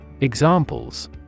Examples